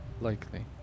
Likely